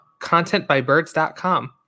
contentbybirds.com